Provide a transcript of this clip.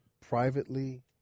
privately